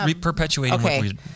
perpetuating